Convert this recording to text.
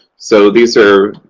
so, these are